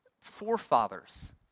forefathers